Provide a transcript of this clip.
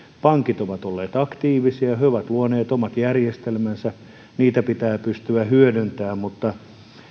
pankit ovat olleet aktiivisia he ovat luoneet omat järjestelmänsä niitä pitää pystyä hyödyntämään mutta